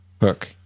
Hook